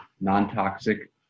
non-toxic